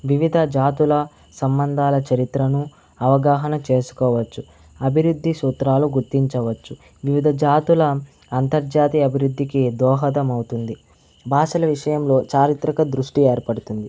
వివిధ జాతుల సంబంధాల చరిత్రను అవగాహన చేసుకోవచ్చు అభివృద్ధి సూత్రాలు గుర్తించవచ్చు వివిధజాతుల అంతర్జాతీయ అభివృద్ధికి దోహదమవుతుంది భాషల విషయంలో చారిత్రక దృష్టి ఏర్పడుతుంది